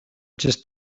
just